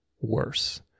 worse